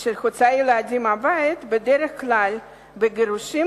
של הוצאת ילדים מהבית בדרך כלל בגירושים